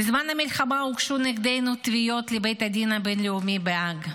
בזמן המלחמה הוגשו נגדנו תביעות לבית הדין הבין-לאומי בהאג.